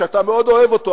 שאתה מאוד אוהב אותו,